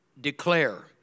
declare